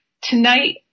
Tonight